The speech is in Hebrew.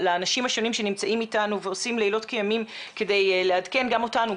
ולאנשים השונים שנמצאים איתנו ועושים לילות כימים כדי לעדכן גם אותנו,